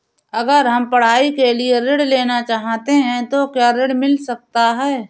अगर हम पढ़ाई के लिए ऋण लेना चाहते हैं तो क्या ऋण मिल सकता है?